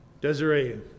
desiree